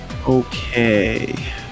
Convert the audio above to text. okay